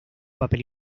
papel